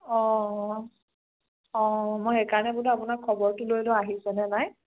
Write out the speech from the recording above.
অঁ অঁ অঁ মই সেইকাৰণে বোলো আপোনাক খবৰটো লৈ লওঁ আহিছে নে নাই